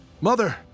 mother